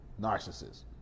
narcissists